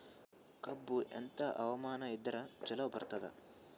ಕಬ್ಬು ಎಂಥಾ ಹವಾಮಾನ ಇದರ ಚಲೋ ಬರತ್ತಾದ?